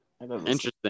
Interesting